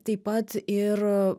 taip pat ir